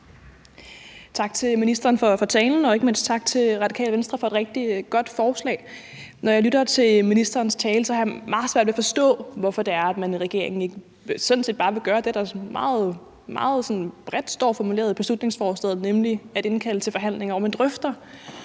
Tak til ministeren for talen, og ikke mindst tak til Radikale Venstre for et rigtig godt forslag. Når jeg lytter til ministerens tale, har jeg meget svært ved at forstå, hvorfor man i regeringen sådan set ikke bare vil gøre det, der i beslutningsforslaget står meget bredt formuleret, nemlig at indkalde til forhandlinger, hvor man drøfter,